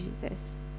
Jesus